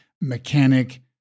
mechanic